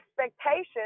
expectations